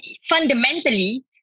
fundamentally